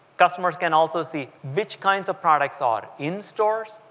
customers can also see which kind of products are in stores,